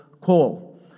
call